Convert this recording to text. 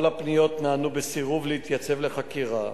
כל הפניות נענו בסירוב להתייצב לחקירה.